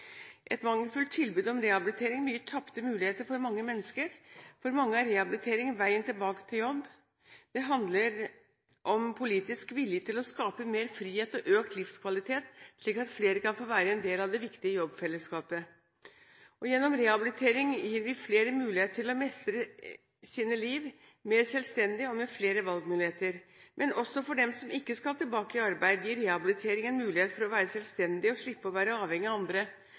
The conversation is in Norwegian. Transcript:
Et mangelfullt tilbud om rehabilitering betyr tapte muligheter for mange mennesker. For mange er rehabilitering veien tilbake til jobb. Det handler om politisk vilje til å skape mer frihet og økt livskvalitet, slik at flere kan få være en del av det viktige jobbfellesskapet. Gjennom rehabilitering gir vi flere mulighet til å mestre sine liv mer selvstendig og med flere valgmuligheter. Men også for dem som ikke skal tilbake i arbeid, gir rehabilitering en mulighet til å være selvstendig og slippe å være avhengig av andre,